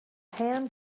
hand